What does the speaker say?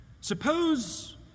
Suppose